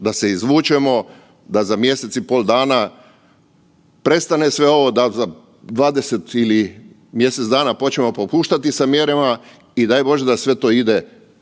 da se izvučemo, da za mjesec i pol dana prestane sve ovo da za 20 ili mjesec dana počnemo popuštati sa mjerama i daj Bože da sve to ide u